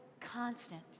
constant